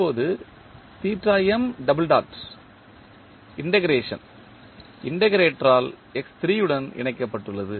இப்போது integration integrator ஆல் உடன் இணைக்கப்பட்டுள்ளது